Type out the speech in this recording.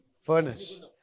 Furnace